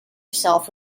yourself